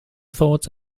thought